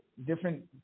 Different